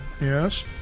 yes